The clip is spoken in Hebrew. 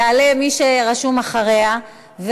יעלה מי שרשום אחריה,